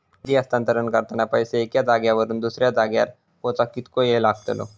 निधी हस्तांतरण करताना पैसे एक्या जाग्यावरून दुसऱ्या जाग्यार पोचाक कितको वेळ लागतलो?